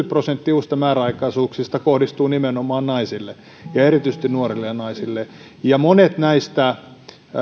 prosenttia uusista määräaikaisuuksista kohdistuu nimenomaan naisille ja erityisesti nuorille ja naisille ja monet näistä